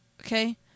Okay